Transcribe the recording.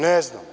Ne znam.